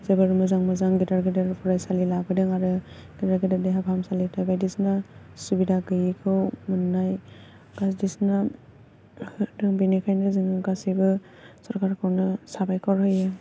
जोबोर मोजां मोजां गेदेर गेदेर फरायसालि लाबोदों आरो गेदेर गेदेर देहा फाहामसालिफ्रा बायदिसिना सुबिदा गैयैखौ मोन्नाय बायदिसिना होदों बेनिखायनो जोङो गासिबो सरकारखौनो साबायखर होयो